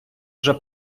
вже